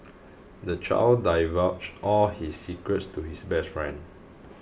the child divulged all his secrets to his best friend